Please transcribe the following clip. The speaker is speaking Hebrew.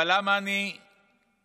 אבל למה אני פסימי?